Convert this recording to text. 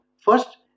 First